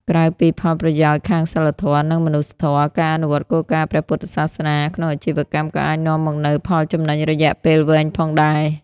ក្រៅពីផលប្រយោជន៍ខាងសីលធម៌ និងមនុស្សធម៌ ការអនុវត្តគោលការណ៍ព្រះពុទ្ធសាសនាក្នុងអាជីវកម្មក៏អាចនាំមកនូវ ផលចំណេញរយៈពេលវែង ផងដែរ។